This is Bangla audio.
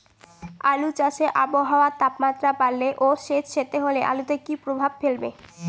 আলু চাষে আবহাওয়ার তাপমাত্রা বাড়লে ও সেতসেতে হলে আলুতে কী প্রভাব ফেলবে?